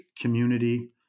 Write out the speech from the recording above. community